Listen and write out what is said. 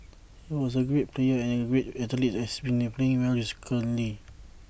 he was A great player and A great athlete and has been playing well recently